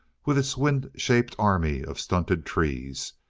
with its wind-shaped army of stunted trees,